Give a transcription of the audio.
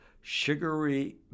sugary